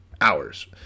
hours